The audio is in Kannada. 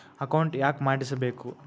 ಅಕೌಂಟ್ ಯಾಕ್ ಮಾಡಿಸಬೇಕು?